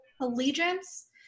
allegiance